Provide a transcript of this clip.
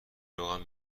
روغن